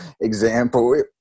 example